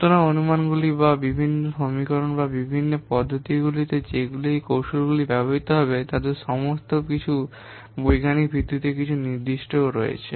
সুতরাং অনুমানগুলি বা বিভিন্ন সমীকরণ বা বিভিন্ন পদ্ধতিগুলি যেগুলি এই কৌশলগুলিতে ব্যবহৃত হবে তাদের সমস্ত কিছু বৈজ্ঞানিক ভিত্তিতে কিছু নির্দিষ্ট রয়েছে